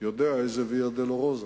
יודע איזה ויה דולורוזה.